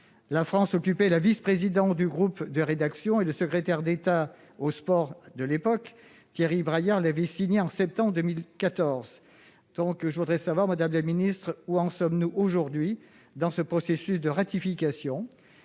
La France occupait la vice-présidence du groupe de rédaction et le secrétaire d'État chargé des sports de l'époque, Thierry Braillard, l'avait signée en septembre 2014. Madame la ministre, où en sommes-nous aujourd'hui dans ce processus de ratification ?